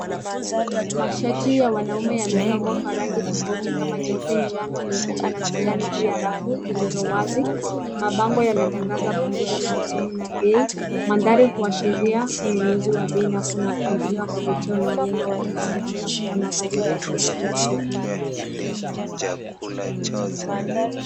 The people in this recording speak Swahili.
Mashati ya wanaume yamepangwa kwa rangi tofauti kama nyeupe, njano, nyekundu na kijani juu ya rafu zilizowazi. Mabango yanatangaza punguzo la msimu na bei. Mandhari huashiria ununuzi wa bei nafuu na mpangilio wa kuvutia unaolenga wateja wanaotafuta mavazi rahisi ya kila siku.